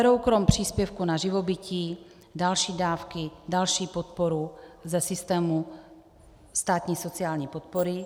Berou krom příspěvku na živobytí další dávky, další podporu ze systému státní sociální podpory.